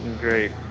great